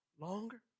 longer